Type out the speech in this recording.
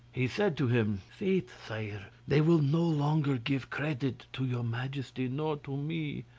he said to him faith, sire, they will no longer give credit to your majesty nor to me,